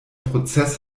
prozess